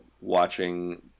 watching